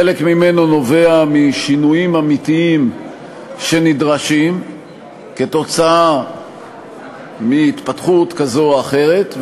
חלק ממנו נובע משינויים אמיתיים שנדרשים כתוצאה מהתפתחות כזו או אחרת,